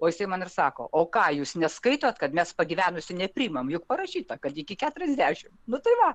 o jisai man ir sako o ką jūs neskaitot kad mes pagyvenusių nepriimam juk parašyta kad iki keturiasdešimt nu tai va